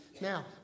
Now